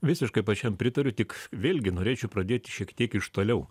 visiškai pačiam pritariu tik vėlgi norėčiau pradėti šiek tiek iš toliau